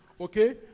Okay